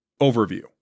Overview